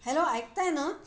hello ऐकताय ना